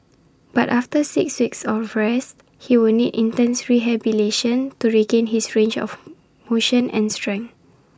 but after six weeks of rest he will need intense rehabilitation to regain his range of motion and strength